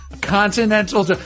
continental